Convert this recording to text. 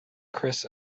kris